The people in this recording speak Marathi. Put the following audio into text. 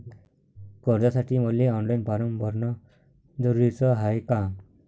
कर्जासाठी मले ऑनलाईन फारम भरन जरुरीच हाय का?